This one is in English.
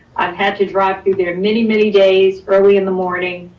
i've had to drive through there many, many days early in the morning,